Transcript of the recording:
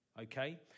okay